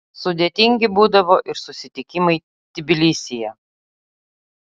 sudėtingi būdavo ir susitikimai tbilisyje